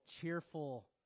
Cheerful